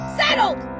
settled